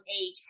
age